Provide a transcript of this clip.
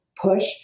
push